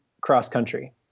cross-country